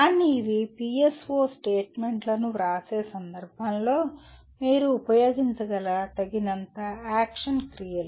కానీ ఇవి PSO స్టేట్మెంట్లను వ్రాసే సందర్భంలో మీరు ఉపయోగించగల తగినంత యాక్షన్ క్రియలు